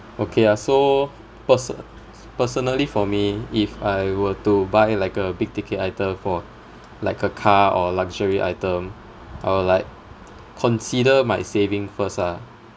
okay uh so perso~ personally for me if I were to buy like a big ticket item for like a car or luxury item I would like consider my saving first ah